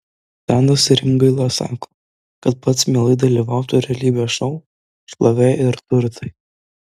tadas rimgaila sako kad pats mielai dalyvautų realybės šou šlovė ir turtai